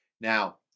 Now